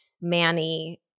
Manny